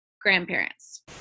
grandparents